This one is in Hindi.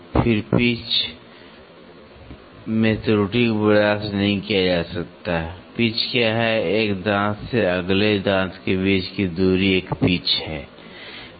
फिर पिच त्रुटि पिच में त्रुटि को बर्दाश्त नहीं किया जा सकता पिच क्या है एक दांत से अगले दांत के बीच की दूरी एक पिच है ठीक है